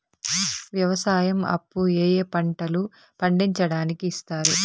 వ్యవసాయం అప్పు ఏ ఏ పంటలు పండించడానికి ఇస్తారు?